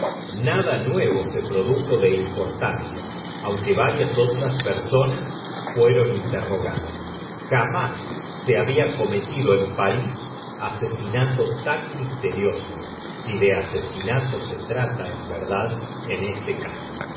nada nuevo se produjo de importancia aunque varias otros personas fueron interrogadas jamás se había cometido en parís asesinato tan misterioso si de asesinato se trata en verdad en este caso